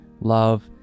love